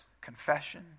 Confession